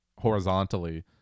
horizontally